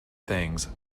things